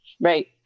Right